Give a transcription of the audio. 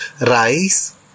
rice